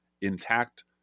intact